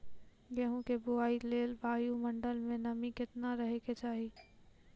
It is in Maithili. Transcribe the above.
गेहूँ के बुआई लेल वायु मंडल मे नमी केतना रहे के चाहि?